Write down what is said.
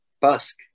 busk